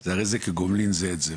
זה הכי כגומלין זה את זה.